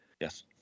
Yes